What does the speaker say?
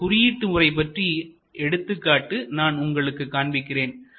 இந்த குறியீட்டு முறை பற்றிய எடுத்துக்காட்டு நான் உங்களுக்கு காண்பிக்கிறேன்